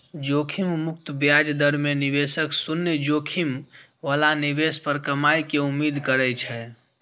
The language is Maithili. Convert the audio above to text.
जोखिम मुक्त ब्याज दर मे निवेशक शून्य जोखिम बला निवेश पर कमाइ के उम्मीद करै छै